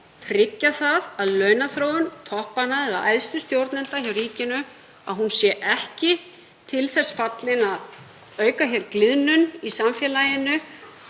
tryggja að launaþróun toppanna eða æðstu stjórnenda hjá ríkinu sé ekki til þess fallin að auka á gliðnun í samfélaginu.